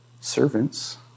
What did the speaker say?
servants